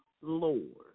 Lord